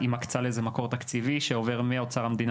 היא מקצה לזה מקור תקציבי שעובר מאוצר המדינה